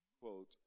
quote